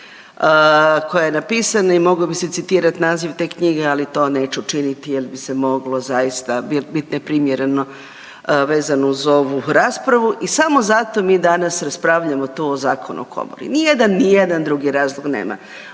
koja je napisana i mogao bi se citirati naziv te knjige, ali to neću činiti jer bi se moglo zaista bit neprimjereno vezano uz ovu raspravu i samo zato mi danas raspravljamo tu o zakonu o komori. Ni jedan, ni jedan drugi razlog nema.